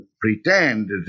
pretend